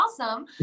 awesome